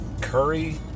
curry